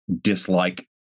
dislike